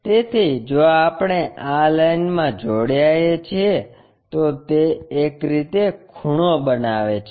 તેથી જો આપણે આ લાઇનમાં જોડાઈએ છીએ તો તે રીતે એક ખૂણો બનાવે છે